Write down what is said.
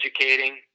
educating